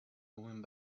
moving